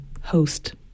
host